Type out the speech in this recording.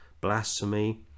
blasphemy